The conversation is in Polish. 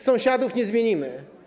Sąsiadów nie zmienimy.